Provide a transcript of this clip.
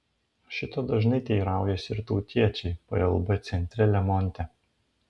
šito dažnai teiraujasi ir tautiečiai plb centre lemonte